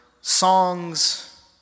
songs